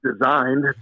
designed